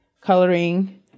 coloring